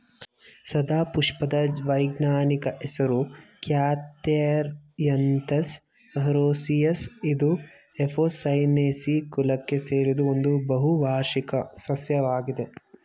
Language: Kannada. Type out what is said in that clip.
ಸದಾಪುಷ್ಪದ ವೈಜ್ಞಾನಿಕ ಹೆಸರು ಕ್ಯಾಥೆರ್ಯಂತಸ್ ರೋಸಿಯಸ್ ಇದು ಎಪೋಸೈನೇಸಿ ಕುಲಕ್ಕೆ ಸೇರಿದ್ದು ಒಂದು ಬಹುವಾರ್ಷಿಕ ಸಸ್ಯವಾಗಿದೆ